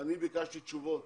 אני ביקשתי תשובות